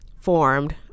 formed